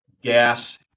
gas